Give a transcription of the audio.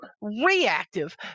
reactive